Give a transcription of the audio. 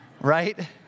right